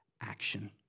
action